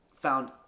found